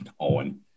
Owen